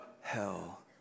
hell